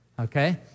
okay